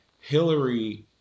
Hillary